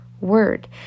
word